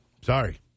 Sorry